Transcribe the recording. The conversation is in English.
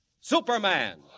Superman